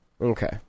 Okay